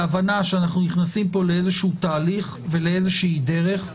הבנה שאנחנו נכנסים פה לתהליך ולדרך מסוימת,